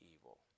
evil